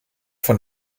von